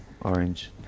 orange